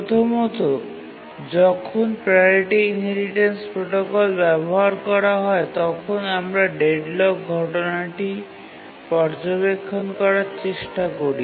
প্রথমত যখন priority inheritance protocol ব্যবহার করা হয় তখন আমরা ডেডলক ঘটনাটি পর্যবেক্ষণ করার চেষ্টা করি